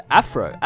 Afro